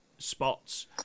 spots